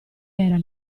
era